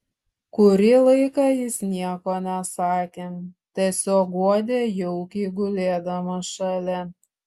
kurį laiką jis nieko nesakė tiesiog guodė jaukiai gulėdamas šalia